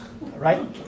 Right